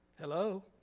Hello